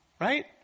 right